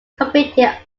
convicted